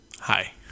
Hi